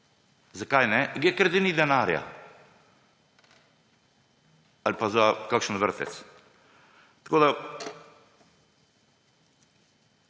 Zakaj ne? Ker ni denarja. Ali pa za kakšen vrtec.